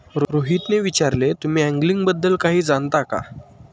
रोहितने विचारले, तुम्ही अँगलिंग बद्दल काही जाणता का?